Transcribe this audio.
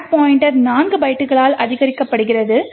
stock pointer 4 பைட்டுகளால் அதிகரிக்கப்படுகிறது